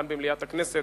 כאן במליאת הכנסת.